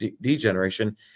degeneration